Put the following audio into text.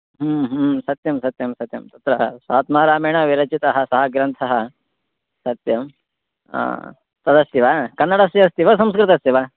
हु हु सत्यंसत्यं सत्यं तत्र स्वात्मारामेण विरचितः सः ग्रन्थः सत्यं तदस्ति वा कन्नडस्य अस्ति वा संस्कृतस्य वा